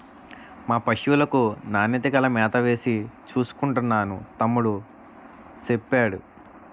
మా పశువులకు నాణ్యత గల మేతవేసి చూసుకుంటున్నాను తమ్ముడూ సెప్పేడు